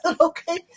okay